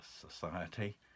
society